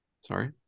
sorry